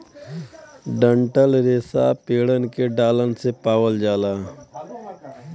डंठल रेसा पेड़न के डालन से पावल जाला